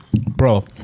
Bro